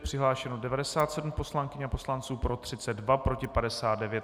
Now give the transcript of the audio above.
Přihlášeno je 97 poslankyň a poslanců, pro 32, proti 59.